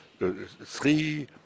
Three